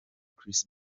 chris